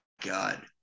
God